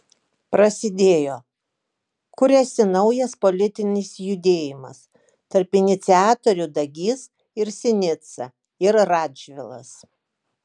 prasidėjo kuriasi naujas politinis judėjimas tarp iniciatorių dagys ir sinica ir radžvilas